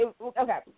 Okay